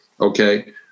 Okay